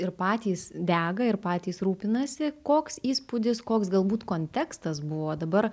ir patys dega ir patys rūpinasi koks įspūdis koks galbūt kontekstas buvo dabar